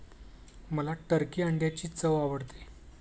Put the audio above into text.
मला टर्की अंड्यांची चव आवडते